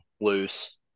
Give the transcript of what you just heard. loose